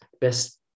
best